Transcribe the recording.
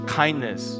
kindness